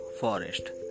forest